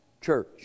church